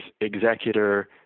executor